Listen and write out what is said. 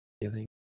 feeling